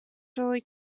surely